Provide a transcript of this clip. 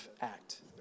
act